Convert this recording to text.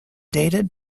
dated